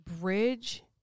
bridge